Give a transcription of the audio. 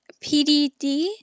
PDD